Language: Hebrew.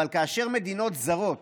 אבל כאשר מדינות זרות